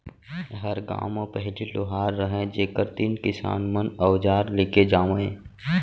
हर गॉंव म पहिली लोहार रहयँ जेकर तीन किसान मन अवजार लेके जावयँ